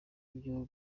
ibyo